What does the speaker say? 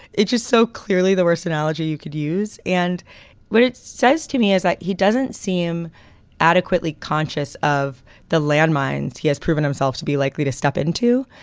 it just so clearly the worst analogy you could use. and what it says to me is that he doesn't seem adequately conscious of the landmines he has proven himself to be likely to step into.